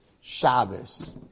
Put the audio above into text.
Shabbos